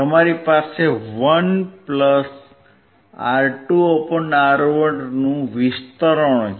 તમારી પાસે 1 R2R1 નું વિસ્તરણ છે